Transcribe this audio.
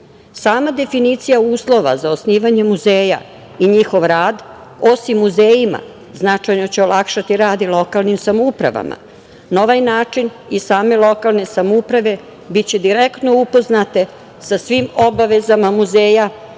definicija uslova za osnivanje muzeja i njihov rad osim muzejima značajno će olakšati rad i lokalnim samoupravama. Na ovaj način i same lokalne samouprave biće direktno upoznate sa svim obavezama muzeja